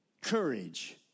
courage